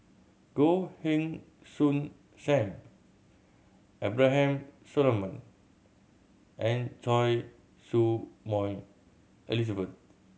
Goh Heng Soon Sam Abraham Solomon and Choy Su Moi Elizabeth